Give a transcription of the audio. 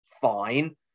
Fine